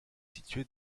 situé